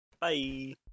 Bye